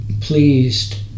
pleased